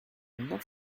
not